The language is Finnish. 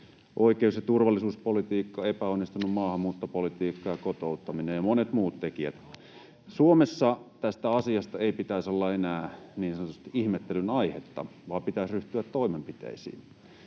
oikeus‑ ja turvallisuuspolitiikka, epäonnistunut maahanmuuttopolitiikka ja kotouttaminen ja monet muut tekijät. Suomessa tästä asiasta ei pitäisi olla enää niin sanotusti ihmettelyn aihetta vaan pitäisi ryhtyä toimenpiteisiin.